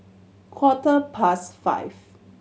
quarter past five